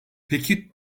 peki